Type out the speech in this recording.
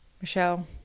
michelle